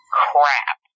crap